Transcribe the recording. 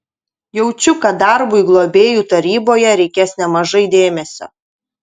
jaučiu kad darbui globėjų taryboje reikės nemažai dėmesio